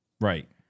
right